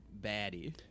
baddie